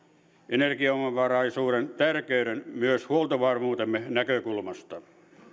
energiaomavaraisuuden tärkeyden myös huoltovarmuutemme näkökulmasta